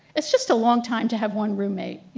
it's just a long time to have one roommate,